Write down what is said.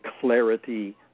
clarity